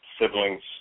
siblings